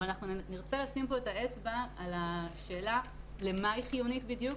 אבל אנחנו נרצה לשים את האצבע על השאלה למה היא חיובית בדיוק,